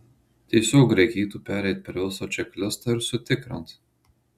tiesiog reikėtų pereit per visą čeklistą ir sutikrint